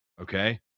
okay